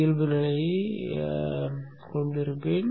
இயல்புநிலையாக விட்டுவிடுவேன்